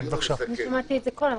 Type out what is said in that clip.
אני שמעתי את זה קודם.